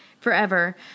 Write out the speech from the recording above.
forever